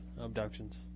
abductions